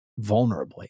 vulnerably